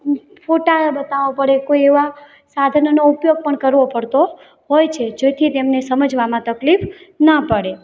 ફોટા બતાવવા પડે કોઈ એવા કોઈ એવા સાધનોનો ઉપયોગ પણ કરવો પડતો હોય છે જેથી તેમને સમજવામાં તકલીફ ના પડે